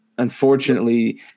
unfortunately